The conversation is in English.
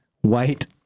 white